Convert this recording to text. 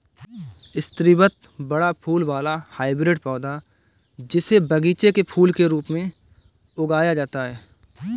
स्रीवत बड़ा फूल वाला हाइब्रिड पौधा, जिसे बगीचे के फूल के रूप में उगाया जाता है